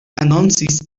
anoncis